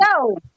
go